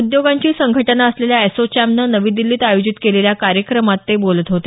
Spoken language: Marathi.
उद्योगांची संघटना असलेल्या अॅसोचेमनं नवी दिल्लीत आयोजित केलेल्या कार्यक्रमात ते बोलत होते